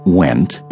went